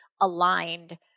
aligned